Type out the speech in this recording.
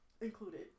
included